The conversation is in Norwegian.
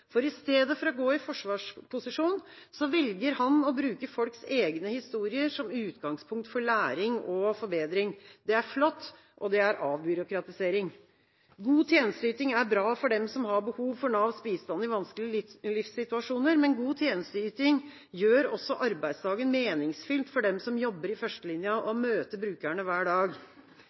I stedet for å gå i forsvarsposisjon velger han å bruke folks egne historier som utgangspunkt for læring og forbedring. Det er flott, og det er avbyråkratisering. God tjenesteyting er bra for dem som har behov for Navs bistand i vanskelige livssituasjoner, men god tjenesteyting gjør også arbeidsdagen meningsfylt for dem som jobber i førstelinja, og møter brukerne hver dag.